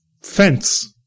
fence